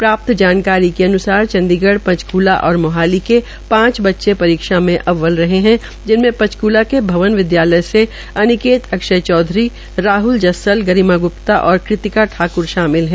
प्राप्त जानकारी के अनुसार चंडीगढ़ पंचकूला और मोहाली के पांच बच्चे परीक्षा अव्वल रहे है जिनमें पंचकूला के भवन विद्यालय से अनिकेत अक्षय चौधरी राहल जस्सल गरिमा ग्प्ता और कृतिका ठाक्र शामिल है